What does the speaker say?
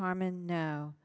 harman no